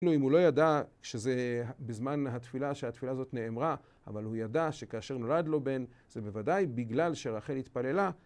נו, אם הוא לא ידע שזה בזמן התפילה, שהתפילה הזאת נאמרה, אבל הוא ידע שכאשר נולד לו בן, זה בוודאי בגלל שרחל התפללה.